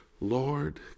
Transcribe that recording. Lord